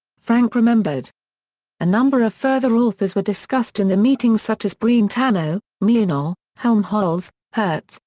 frank remembered a number of further authors were discussed in the meetings such as brentano, meinong, helmholtz, hertz,